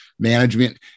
Management